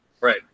Right